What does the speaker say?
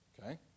Okay